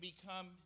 become